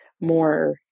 more